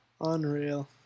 Unreal